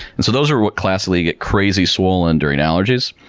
and so those are what classically get crazy swollen during allergies.